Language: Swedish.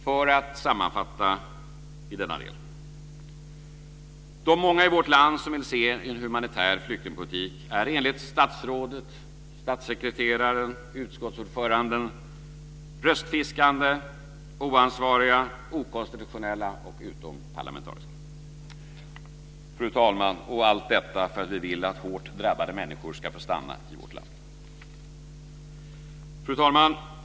För att sammanfatta i denna del: De många i vårt land som vill se en humanitär flyktingpolitik är enligt statsrådet, statssekreteraren och utskottsordföranden röstfiskande, oansvariga, okonstitutionella och utomparlamentariska. Och allt detta för att vi vill att hårt drabbade människor ska få stanna i vårt land. Fru talman!